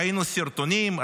ראינו סרטונים,